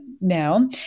now